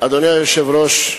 אדוני היושב-ראש,